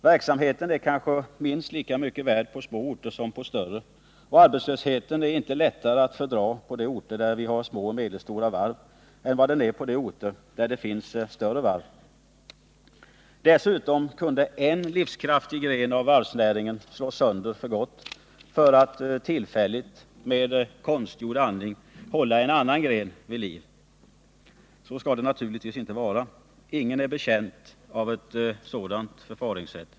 Verksamheten är kanske minst lika mycket värd på små orter som på större, och arbetslösheten är inte lättare att fördra på de orter där vi har små och medelstora varv än på de orter där det finns större varv. Dessutom kunde en livskraftig gren av varvsnäringen slås sönder för gott för att man tillfälligt, med konstgjord andning, skulle kunna hålla en annan gren vid liv. Så skall det naturligtvis inte vara. Ingen är betjänt av ett sådant förfaringssätt.